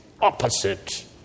opposite